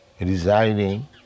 residing